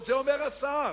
את זה אומר השר.